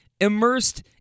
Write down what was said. Immersed